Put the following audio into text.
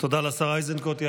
תודה לשר איזנקוט.